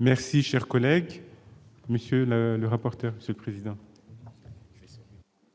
Merci, cher collègue, monsieur le rapporteur, ce président.